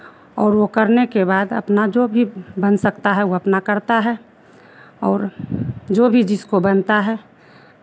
और वो करने के बाद अपना जो भी बन सकता है वो अपना करता है और जो भी जिसको बनता है